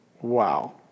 Wow